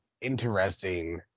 interesting